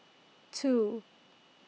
two